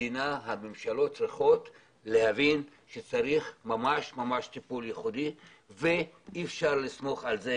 הממשלות צריכות להבין שצריך ממש טיפול ייחודי ואי אפשר לסמוך על זה